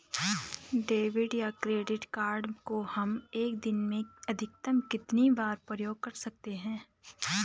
Debit या credit card को हम एक दिन में अधिकतम कितनी बार प्रयोग कर सकते हैं?